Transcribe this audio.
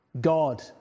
God